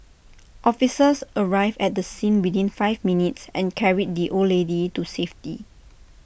officers arrived at the scene within five minutes and carried the old lady to safety